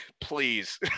please